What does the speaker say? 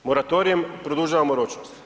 Moratorijem produžavamo ročnost.